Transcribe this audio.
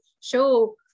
show